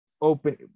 open